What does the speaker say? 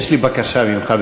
יש לי בקשה אליך.